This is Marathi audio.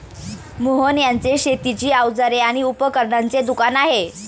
मोहन यांचे शेतीची अवजारे आणि उपकरणांचे दुकान आहे